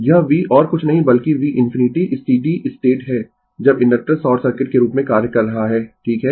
Refer Slide Time 2902 यह v और कुछ नहीं बल्कि v ∞ स्टीडी स्टेट है जब इंडक्टर शॉर्ट सर्किट के रूप में कार्य कर रहा है ठीक है